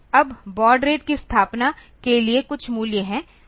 अब baud rate की स्थापना के लिए कुछ मूल्य हैं